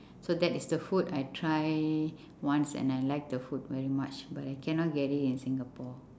so that is the food I try once and I like very much but I cannot get it in Singapore